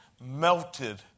melted